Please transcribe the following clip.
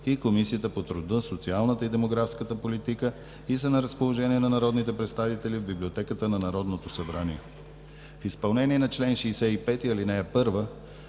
и Комисията по труда, социалната и демографската политика и са на разположение на народните представители в Библиотеката на Народното събрание. В изпълнение на чл. 65, ал. 1